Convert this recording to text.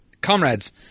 Comrades